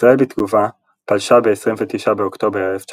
ישראל בתגובה פלשה ב-29 באוקטובר 1956